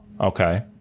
Okay